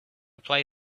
play